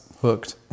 hooked